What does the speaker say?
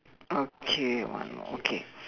okay one more okay